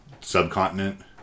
subcontinent